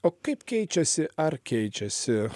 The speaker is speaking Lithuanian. o kaip keičiasi ar keičiasi